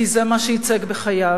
כי זה מה שייצג בחייו.